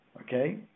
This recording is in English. Okay